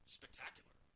spectacular